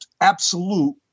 absolute